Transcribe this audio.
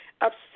upset